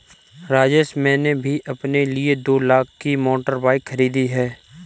राजेश मैंने भी अपने लिए दो लाख की मोटर बाइक खरीदी है